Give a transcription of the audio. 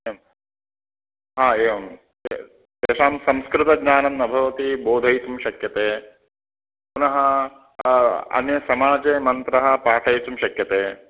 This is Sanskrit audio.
एवं एवं एवं तेषां संस्कृतज्ञानं न भवति बोधयितुं शक्यते पुनः अन्यसमाजे मन्त्रः पाठयितुं शक्यते